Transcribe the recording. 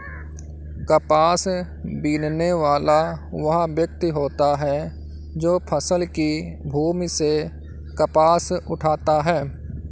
कपास बीनने वाला वह व्यक्ति होता है जो फसल की भूमि से कपास उठाता है